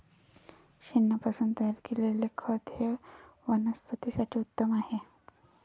शेणापासून तयार केलेले खत हे वनस्पतीं साठी उत्तम आहे